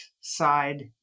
side